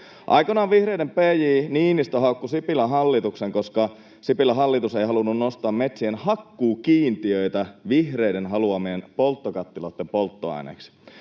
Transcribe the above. Aikoinaan vihreiden pj. Niinistö haukkui Sipilän hallituksen, koska Sipilän hallitus ei halunnut nostaa metsien hakkuukiintiöitä vihreiden haluamien polttokattiloitten polttoaineeksi.